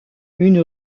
une